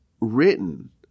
written